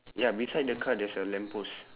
ya beside the car there's a lamp post